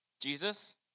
Jesus